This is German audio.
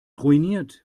ruiniert